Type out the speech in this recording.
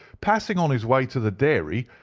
passing on his way to the dairy,